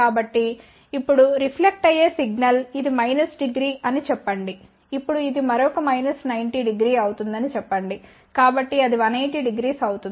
కాబట్టి ఇప్పుడు రిఫ్లెక్ట్ అయ్యే సిగ్నల్ ఇది 900అని చెప్పండి ఇప్పుడు ఇది మరొక 900అవుతుందని చెప్పండి కాబట్టి అది 1800అవుతుంది